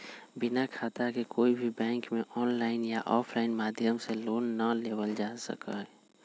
बिना खाता के कोई भी बैंक में आनलाइन या आफलाइन माध्यम से लोन ना लेबल जा सका हई